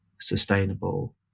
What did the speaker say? sustainable